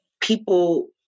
people